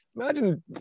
imagine